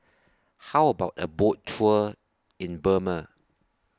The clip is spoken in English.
How about A Boat Tour in Burma